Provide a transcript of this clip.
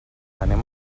anem